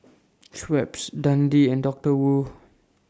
Schweppes Dundee and Doctor Wu